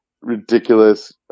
ridiculous